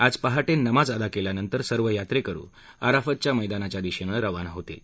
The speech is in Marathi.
आज पहाटनिमाज अदा कल्यानंतर सर्व यात्रक्रि अराफत च्या मैदानाच्या दिशक्तिक्वाना होतील